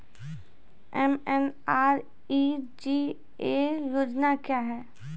MNREGA योजना क्या हैं?